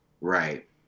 Right